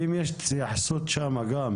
אם יש שם התייחסות גם